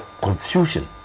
confusion